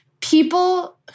People